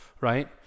right